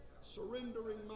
surrendering